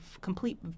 complete